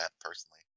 personally